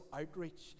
outreach